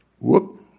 Whoop